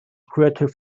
creative